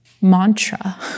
mantra